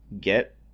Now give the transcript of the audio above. Get